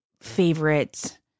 favorite